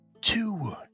two